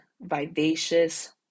vivacious